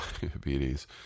diabetes